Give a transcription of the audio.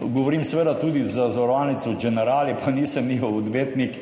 Govorim seveda tudi za zavarovalnico Generali, pa nisem njihov odvetnik,